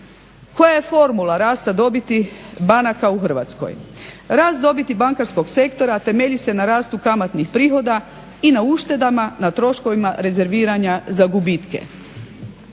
Koja je formula rasta dobiti banaka u Hrvatskoj? Rast dobiti bankarskog sektora temelji se na rastu kamatnih prihoda i na uštedama na troškovima rezerviranja za gubitke.